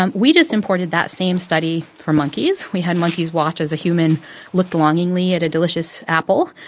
um we just imported that same study for monkeys. we had monkeys watch as a human looked longingly at a delicious apple,